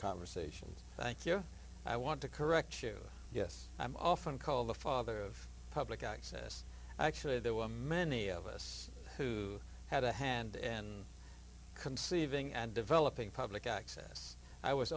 conversations thank you i want to correct you yes i'm often called the father of public access actually there were many of us who had a hand in conceiving and developing public access i was